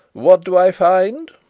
what do i find?